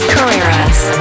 Carreras